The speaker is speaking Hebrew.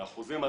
באחוזים?